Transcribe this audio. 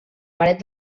paret